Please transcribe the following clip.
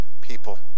people